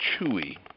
Chewy